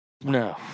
No